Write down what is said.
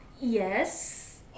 Yes